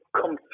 come